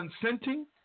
consenting